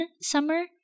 summer